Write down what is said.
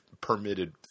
permitted